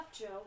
Joe